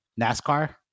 NASCAR